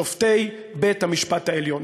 שופטי בית-המשפט העליון.